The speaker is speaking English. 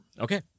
Okay